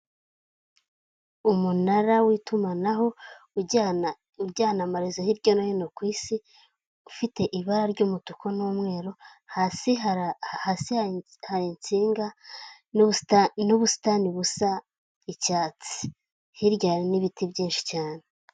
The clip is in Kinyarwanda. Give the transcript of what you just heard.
Umunara w'itumanaho ujyana amarezo hirya no hino ku isi, ufite ibara ry'umutuku n'umweru, hasi hari insinga n'ubusitani busa icyatsi hirya hari n'ibiti byinshi cyane.